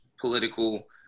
political